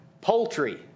poultry